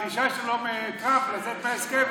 הדרישה שלו מטראמפ לצאת מההסכם,